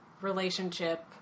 relationship